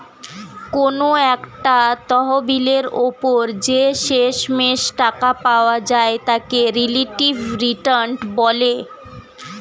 কোনো একটা তহবিলের উপর যে শেষমেষ টাকা পাওয়া যায় তাকে রিলেটিভ রিটার্ন বলে